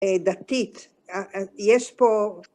‫דתית. יש פה...